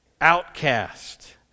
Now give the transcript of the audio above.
outcast